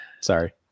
Sorry